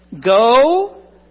Go